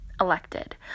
elected